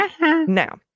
now